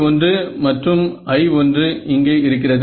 V1 மற்றும் I1 இங்கே இருக்கிறது